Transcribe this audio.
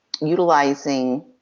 utilizing